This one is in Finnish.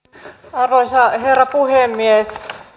arvoisa herra puhemies